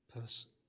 person